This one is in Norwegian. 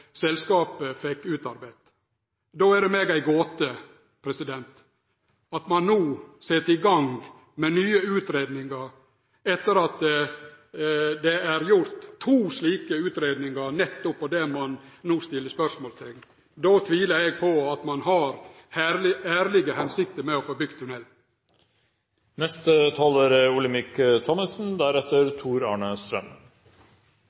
selskapet fekk utarbeidd. Då er det meg ei gåte at ein no set i gang med nye utgreiingar, etter at det er gjort to slike utgreiingar nettopp om det ein no set spørsmålsteikn ved. Då tviler eg på at ein har ærlege hensikter med å få